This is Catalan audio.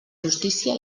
justícia